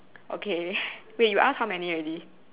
okay wait you ask how many already